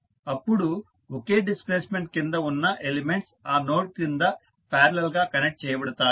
అప్పుడు ఒకే డిస్ప్లేస్మెంట్ కింద ఉన్న ఎలిమెంట్స్ ఆ నోడ్ క్రింద పారలల్ గా కనెక్ట్ చేయబడతాయి